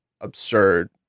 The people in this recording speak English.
absurd